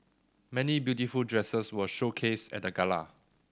many beautiful dresses were showcased at the gala